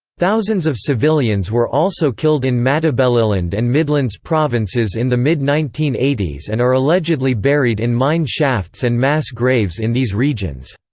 thousands of civilians were also killed in matabeleland and midlands provinces in the mid nineteen eighty s and are allegedly buried in mine shafts and mass graves in these regions,